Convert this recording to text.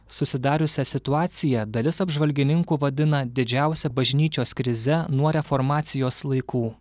susidariusią situaciją dalis apžvalgininkų vadina didžiausia bažnyčios krize nuo reformacijos laikų